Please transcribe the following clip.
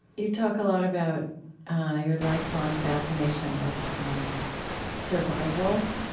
you talk a lot about your lifelong fascination with um survival.